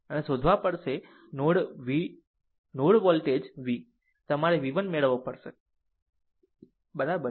અને શોધવા પડશે નોડ વોલ્ટ v તમારે v 1 મેળવવો પડશે બરાબર